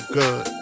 good